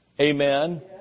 Amen